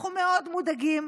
אנחנו מאוד מודאגים,